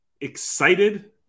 excited